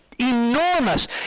enormous